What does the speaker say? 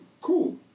cool